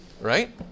Right